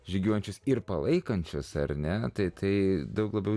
žygiuojančius ir palaikančias ar ne tai tai daug labiau